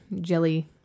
jelly